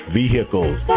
vehicles